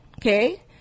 okay